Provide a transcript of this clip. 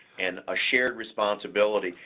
and a shared responsibility.